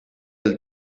del